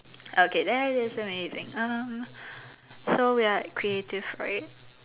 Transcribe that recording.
okay that is amazing um so we are creative right